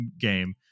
game